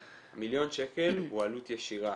שוב, אני מסביר: מיליון שקל הוא עלות ישירה.